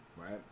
right